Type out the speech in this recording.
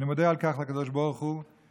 אני מודה על כך לקדוש ברוך הוא,